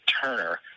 Turner